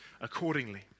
accordingly